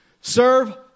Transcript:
Serve